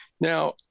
now